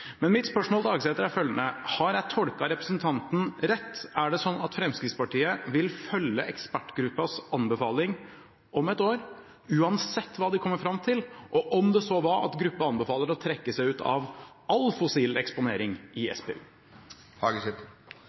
Mitt spørsmål til Hagesæter er følgende: Har jeg tolket representanten rett: Er det slik at Fremskrittspartiet vil følge ekspertgruppens anbefaling om ett år, uansett hva de kommer fram til, også om det så var at gruppa anbefaler å trekke seg ut av all fossil eksponering i